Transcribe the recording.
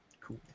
Cool